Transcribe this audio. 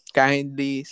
kindly